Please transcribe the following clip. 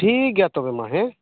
ᱴᱷᱤᱠ ᱜᱮᱭᱟ ᱛᱚᱵᱮ ᱢᱟ ᱦᱮᱸ